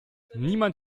niemand